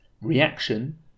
reaction